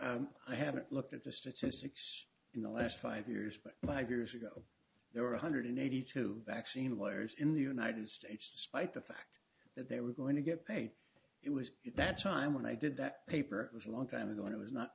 honor i haven't looked at the statistics in the last five years but five years ago there were one hundred eighty two vaccine wires in the united states despite the fact that they were going to get paid it was at that time when i did that paper it was a long time ago and it was not